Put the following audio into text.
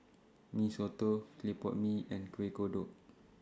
Mee Soto Clay Pot Mee and Kuih Kodok